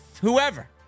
whoever